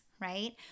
right